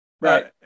right